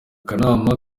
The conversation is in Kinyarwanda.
kanama